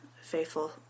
faithful